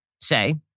say